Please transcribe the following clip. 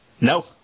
No